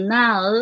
now